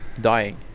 dying